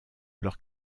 leur